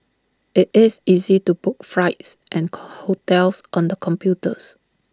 IT is easy to book flights and hotels on the computers